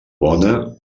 bona